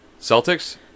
Celtics